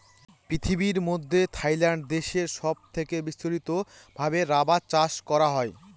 পৃথিবীর মধ্যে থাইল্যান্ড দেশে সব থেকে বিস্তারিত ভাবে রাবার চাষ করা হয়